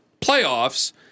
playoffs